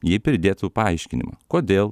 jei pridėtų paaiškinimą kodėl